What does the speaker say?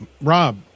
Rob